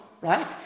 right